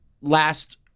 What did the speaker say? last